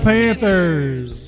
Panthers